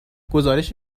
گزارش